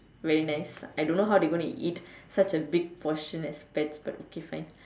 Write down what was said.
very nice I don't know how they going to eat such a big portion as pets but okay fine